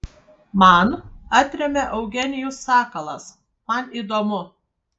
man atremia eugenijus sakalas man įdomu